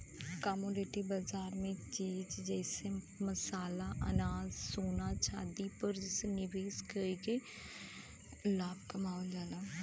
commodity बाजार में चीज जइसे मसाला अनाज सोना चांदी पर पैसा निवेश कइके लाभ कमावल जाला